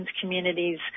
communities